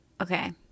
Okay